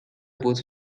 بود